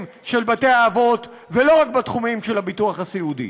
של בתי-האבות ולא רק בתחומים של הביטוח הסיעודי.